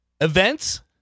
Events